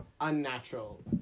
unnatural